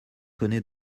connaît